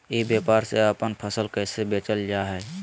ई व्यापार से अपन फसल कैसे बेचल जा हाय?